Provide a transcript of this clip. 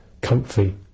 comfy